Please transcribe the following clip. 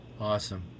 Awesome